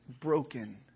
broken